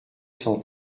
cent